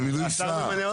זה נקרא מינוי שר.